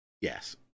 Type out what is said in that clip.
yes